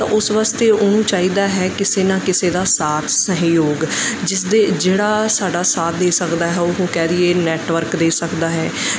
ਤਾਂ ਉਸ ਵਾਸਤੇ ਉਹਨੂੰ ਚਾਹੀਦਾ ਹੈ ਕਿਸੇ ਨਾ ਕਿਸੇ ਦਾ ਸਾਥ ਸਹਿਯੋਗ ਜਿਸਦੇ ਜਿਹੜਾ ਸਾਡਾ ਸਾਥ ਦੇ ਸਕਦਾ ਹੈ ਉਹ ਕਹਿ ਦਈਏ ਨੈਟਵਰਕ ਦੇ ਸਕਦਾ ਹੈ